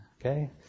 Okay